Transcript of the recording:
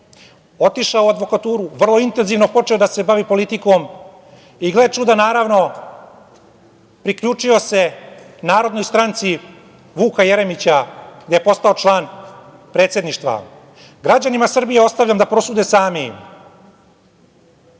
otišao u advokaturu, vrlo intenzivno počeo da se bavi politikom i, gle čuda, naravno, priključio se Narodnoj stranci Vuka Jeremića, gde je postao član predsedništva. Građanima Srbije ostavljam da prosude sami